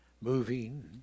moving